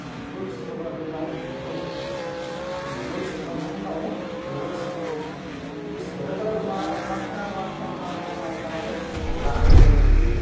ಈ ಏಳು ಸ್ವರಗಳ ಬಗ್ಗೆ ನಾವು ತಿಳ್ಕೊಬೇಕು ಈ ಏಳು ಸ್ವರಗಳು ನಾವು ಅಳ್ವಡ್ಸ್ಕೊಬೇಕು ಈ ಸ್ವರಗಳನ್ನು ಮಾಡ್ತಾ ಮಾಡ್ತಾ ಮಾಡ್ತಾ ಮಾಡ್ತಾ ಮಾಡ್ತಾ ನಾವು ರಾಗವನ್ನು ಕಲಿತೀವಿ